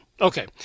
Okay